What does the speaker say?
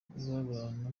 babana